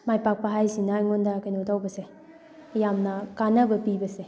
ꯃꯥꯏ ꯄꯥꯛꯄ ꯍꯥꯏꯁꯤꯅ ꯑꯩꯉꯣꯟꯗ ꯀꯩꯅꯣ ꯇꯧꯕꯁꯦ ꯌꯥꯝꯅ ꯀꯥꯟꯅꯕ ꯄꯤꯕꯁꯦ